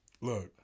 Look